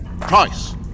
Price